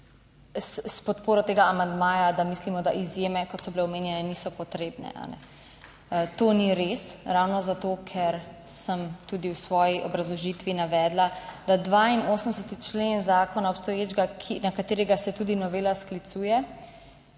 s podporo tega amandmaja, da mislimo, da izjeme, kot so bile omenjene, niso potrebne. To ni res, ravno zato, ker sem tudi v svoji obrazložitvi navedla, da 82. člen zakona, obstoječega, na katerega se tudi novela sklicuje